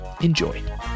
Enjoy